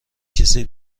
کسی